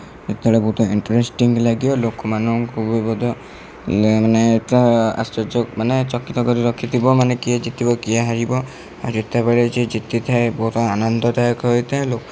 ଯେତେବେଳେ ବହୁତ ଇଣ୍ଟରେଷ୍ଟିଙ୍ଗ ଲାଗିବ ଲୋକମାନଙ୍କୁ ମଧ୍ୟ ମାନେ ଆଶ୍ଚର୍ଯ୍ୟ ମାନେ ଚକିତ କରି ରଖିଥିବ ମାନେ କିଏ ଜିତିବ କିଏ ହାରିବ ଯେତେବେଳେ ଯିଏ ଜିତିଥାଏ ବହୁତ ଆନନ୍ଦଦାୟକ ହୋଇଥାଏ